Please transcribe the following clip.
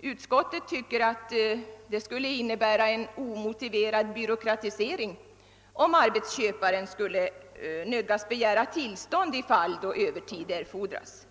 Utskottet tycker att det skulle innebära en »omotiverad byråkratisering« om arbetsköparen skulle nödgas begära tillstånd då övertid erfordras.